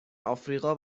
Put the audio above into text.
آفریقا